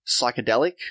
psychedelic